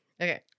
Okay